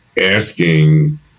asking